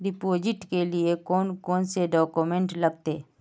Deposit के लिए कौन कौन से डॉक्यूमेंट लगते?